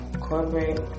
corporate